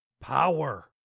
Power